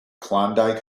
klondike